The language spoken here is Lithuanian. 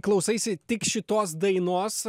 klausaisi tik šitos dainos